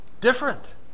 Different